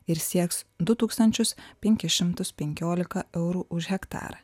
ir sieks du tūkstančius penkis šimtus penkioliką eurų už hektarą